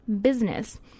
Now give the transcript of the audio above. business